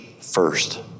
first